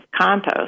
compost